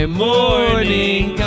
morning